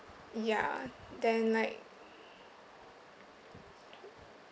ya then like